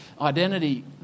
identity